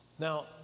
Now